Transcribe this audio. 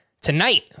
tonight